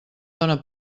dóna